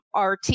RT